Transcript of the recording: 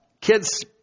kids